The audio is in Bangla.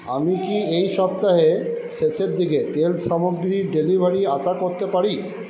আমি কি এই সপ্তাহের শেষের দিকে তেল সামগ্রীর ডেলিভারি আশা করতে পারি